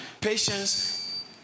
patience